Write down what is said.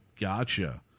Gotcha